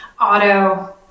auto